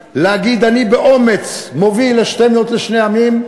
ולהגיד: אני באומץ מוביל לשתי מדינות לשני עמים.